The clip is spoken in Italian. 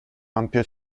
ampio